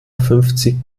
fünfzig